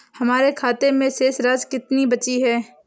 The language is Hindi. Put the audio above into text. हमारे खाते में शेष राशि कितनी बची है?